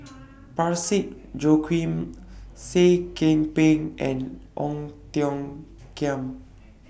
Parsick Joaquim Seah Kian Peng and Ong Tiong Khiam